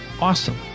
awesome